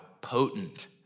potent